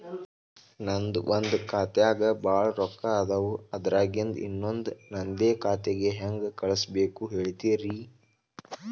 ನನ್ ಒಂದ್ ಖಾತ್ಯಾಗ್ ಭಾಳ್ ರೊಕ್ಕ ಅದಾವ, ಅದ್ರಾಗಿಂದ ಇನ್ನೊಂದ್ ನಂದೇ ಖಾತೆಗೆ ಹೆಂಗ್ ಕಳ್ಸ್ ಬೇಕು ಹೇಳ್ತೇರಿ?